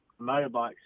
motorbikes